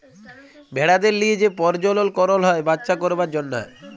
ভেড়াদের লিয়ে যে পরজলল করল হ্যয় বাচ্চা করবার জনহ